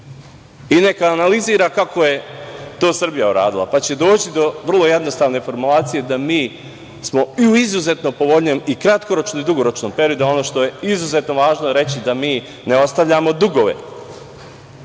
Neka analiziraju kako je to Srbija uradila, onda će doći do vrlo jednostavne formulacije da smo mi u izuzetno povoljnijem i kratkoročnom i u dugoročnom periodu. Ono što je izuzetno važno reći da mi ne ostavljamo dugove.